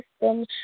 system